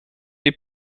les